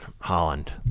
Holland